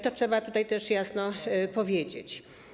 To trzeba tutaj też jasno powiedzieć.